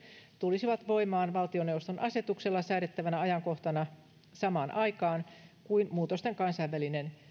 tulisivat voimaan valtioneuvoston asetuksella säädettävänä ajankohtana samaan aikaan kuin muutosten kansainvälinen